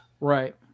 Right